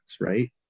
right